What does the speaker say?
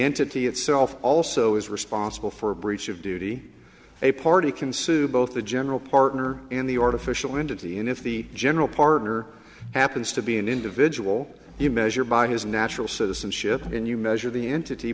entity itself also is responsible for a breach of duty a party can sue both the general partner in the artificial end of the and if the general partner happens to be an individual you measure by his natural citizenship and you measure the entity